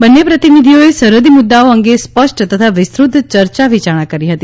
બંને પ્રતિનિધિઓએ સરહદી મુદ્દાઓ અંગે સ્પષ્ટ તથા વિસ્તૃત ચર્ચા વિચારણા કરી હતી